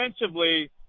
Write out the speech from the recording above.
defensively